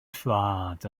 traed